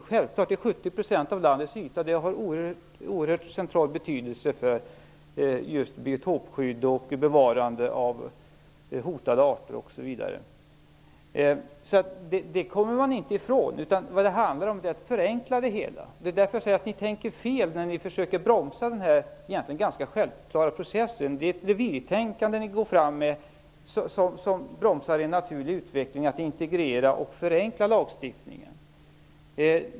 Den täcker 70 % av landets yta och har en oerhört central betydelse för biotopskydd och bevarande av hotade arter osv. Det kommer man inte ifrån. Det handlar i stället om att förenkla det hela. Det är därför jag säger att ni tänker fel när ni försöker bromsa den här egentligen ganska självklara processen. Ni ägnar er åt ett revirtänkande som bromsar en naturlig utveckling att integrera och förenkla lagstiftningen.